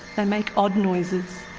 they make odd noises.